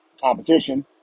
competition